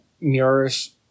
mirrors